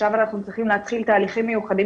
עכשיו אנחנו צריכים להתחיל תהליכים מיוחדים